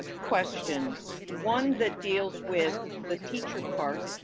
ah questions, one that deals with the teacher part,